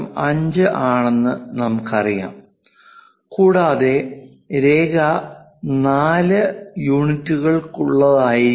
5 ആണെന്ന് നമുക്കറിയാം കൂടാതെ രേഖ 4 4 യൂണിറ്റുകൾകുള്ളിലായിരിക്കണം